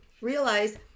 realize